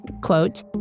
quote